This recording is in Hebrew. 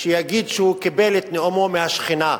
שיגיד שהוא קיבל את נאומו מהשכינה.